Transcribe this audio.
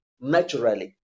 naturally